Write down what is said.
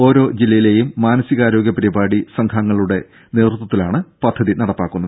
ഓരോ ജില്ലയിലെയും മാനസികാരോഗ്യ പരിപാടി സംഘാംഗങ്ങളുടെ നേതൃത്വത്തിലാണ് പദ്ധതി നടപ്പാക്കുന്നത്